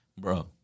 bro